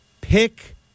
pick